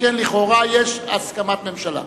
שכן לכאורה יש הסכמת הממשלה.